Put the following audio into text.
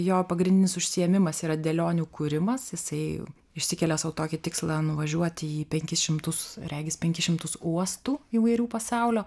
jo pagrindinis užsiėmimas yra dėlionių kūrimas jisai išsikelia sau tokį tikslą nuvažiuoti į penkis šimtus regis penkis šimtus uostų įvairių pasaulio